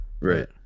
Right